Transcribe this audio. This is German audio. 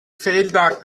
felder